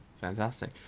Fantastic